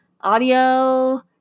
audio